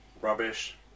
rubbish